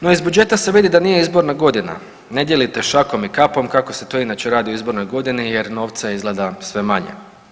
No, iz budžeta se vidi da nije izborna godina, ne dijelite šakom i kapom kako se to inače radi u izbornoj godini jer novca je izgleda sve manje.